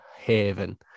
Haven